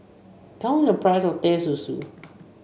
tell me the price of Teh Susu